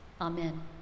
Amen